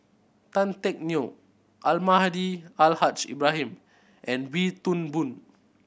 Tan Teck Neo Almahdi Al Haj Ibrahim and Wee Toon Boon